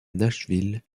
nashville